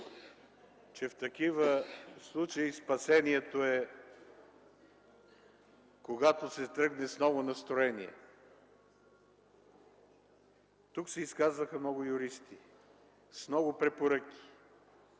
че в такива случаи спасението е – когато се тръгне с ново настроение. Тук се изказаха много юристи, с много препоръки,